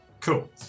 Cool